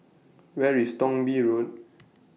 Where IS Thong Bee Road